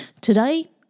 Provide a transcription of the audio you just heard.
Today